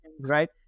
right